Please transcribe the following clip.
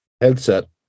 Headset